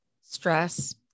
stress